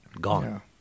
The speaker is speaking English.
gone